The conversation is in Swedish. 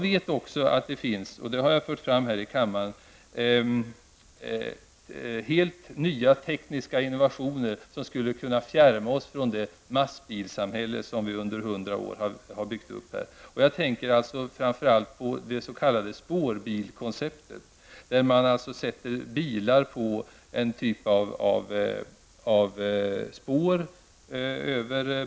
Dessutom finns det -- det har jag tidigare fört fram här i kammaren -- helt nya tekniska innovationer. Genom dessa skulle vi kunna fjärma oss från det massbilssamhälle som vi har byggt upp under hundra år. Framför allt tänker jag då på det s.k. spårbilskonceptet. Det systemet innebär att bilar går på en typ av spår.